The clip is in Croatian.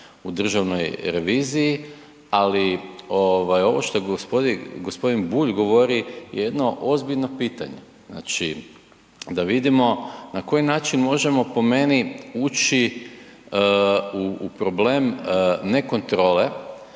u Državnoj reviziji, ali ovo što je g. Bulj govori je jedno ozbiljno pitanje. Znači, da vidimo, na koji način možemo, po meni ući u problem nekontrole